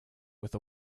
with